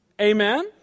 Amen